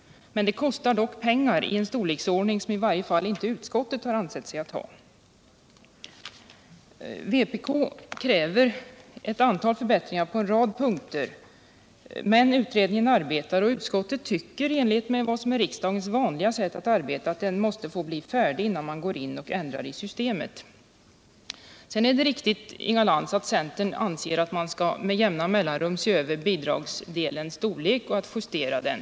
Det skulle dock kosta pengar i en utsträckning som i varje fall utskottet inte har ansett sig kunna föreslå. Vpk kräver förbättringar på en rad punkter, men utredningen arbetar och utskottet tycker i enlighet med vad som är riksdagens vanliga sätt att arbeta, att utredningen måste få bli färdig först innan man går in och ändrar i systemet. Sedan är det riktigt, Inga Lantz, att centern anser att man med jämna mellanrum skall se över bidragsdelens storlek och justera den.